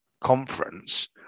conference